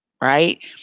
right